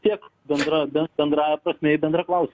tiek bendra bend bendrąja prasme į bendrą klausimą